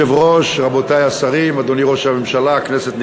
כפי שמסר לנו יושב-ראש ועדת הכנסת,